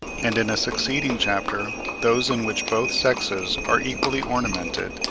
and in a succeeding chapter those in which both sexes are equally ornamented,